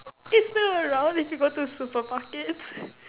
it's still around if you go to supermarkets